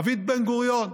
דוד בן-גוריון,